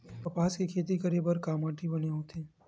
कपास के खेती करे बर का माटी बने होथे?